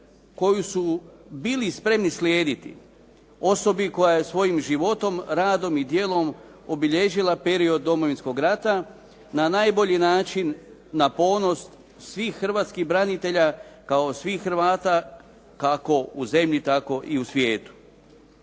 koju su bili spremni slijediti. Osobi koja je svojim životom, radom i djelom obilježila period Domovinskog rata na najbolji način, na ponos svih hrvatskih branitelja, kao svih Hrvata kako u zemlji tako i u svijetu.